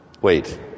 wait